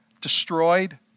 destroyed